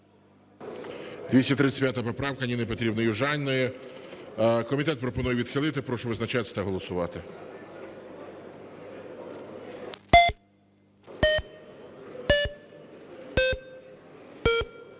235 поправка Ніни Петрівни Южаніної. Комітет пропонує відхилити. Прошу визначатися та голосувати.